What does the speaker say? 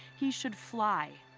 he should fly.